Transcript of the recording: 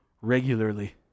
regularly